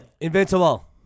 Invincible